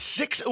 six